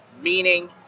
meaning